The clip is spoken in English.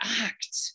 act